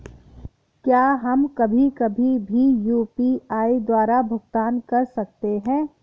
क्या हम कभी कभी भी यू.पी.आई द्वारा भुगतान कर सकते हैं?